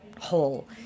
whole